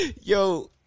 Yo